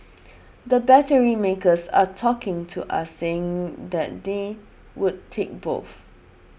the battery makers are talking to us saying that they would take both